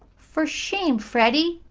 for shame, freddie!